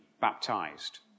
baptized